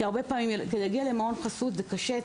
כי הרבה פעמים להגיע למעון חסות זה קשה,